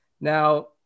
Now